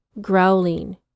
growling